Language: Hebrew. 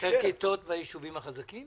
--- חסרות כיתות גם בישובים החזקים?